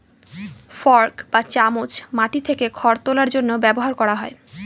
fork বা চামচ মাটি থেকে খড় তোলার জন্য ব্যবহার করা হয়